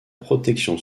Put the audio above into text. protection